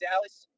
Dallas